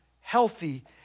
healthy